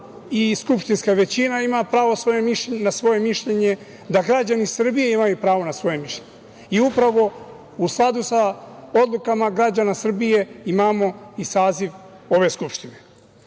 i skupštinska većina ima pravo na svoje mišljenje, da građani Srbije imaju pravo na svoje mišljenje. Upravo u skladu sa odlukama građana Srbije imamo i saziv ove Skupštine. Srbija